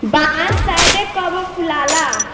बांस शायदे कबो फुलाला